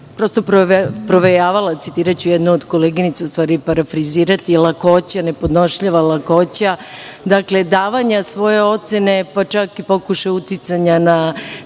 jer je provejavalo, citiraću jednu od koleginica, u stvari parafrazirati, lakoća, nepodnošljiva lakoća davanja svoje ocene, pa čak i pokušaj uticaja na